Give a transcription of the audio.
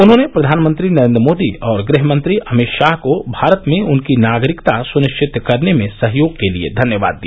उन्होंने प्रधानमंत्री नरेन्द्र मोदी और गृहमंत्री अमित शाह को भारत में उनकी नागरिकता सुनिश्चित करने में सहयोग के लिए धन्यवाद दिया